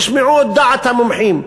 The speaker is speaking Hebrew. תשמעו את דעת המומחים.